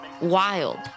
Wild